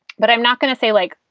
but i'm not going to say like,